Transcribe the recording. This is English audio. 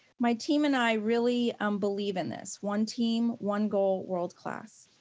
my team and i really um believe in this, one team, one goal, world-class!